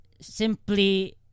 simply